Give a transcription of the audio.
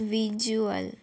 visual